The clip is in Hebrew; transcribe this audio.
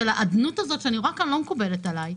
האדנות הזאת שאני רואה כאן לא מקובלת עלי.